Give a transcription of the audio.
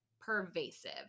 pervasive